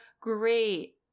great